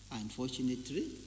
Unfortunately